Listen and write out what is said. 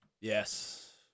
Yes